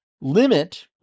limit